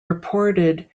reported